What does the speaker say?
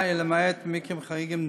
למעט במקרים חריגים,